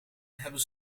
hebben